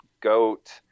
goat